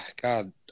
god